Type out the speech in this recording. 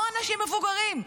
או אנשים מבוגרים,